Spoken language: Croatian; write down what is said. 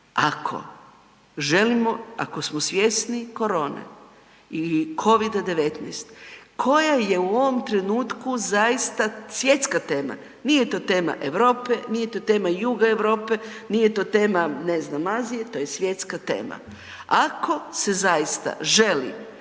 Ako želimo, ako smo svjesni korone i Covida-19 koja je u ovom trenutku zaista svjetska tema, nije to tema Europe, nije to tema juga Europe, nije to tema ne znam Azije, to je svjetska tema. Ako se zaista želi